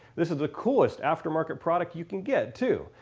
this is the coolest after market product you can get too.